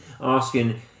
asking